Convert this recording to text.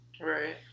Right